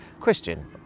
Christian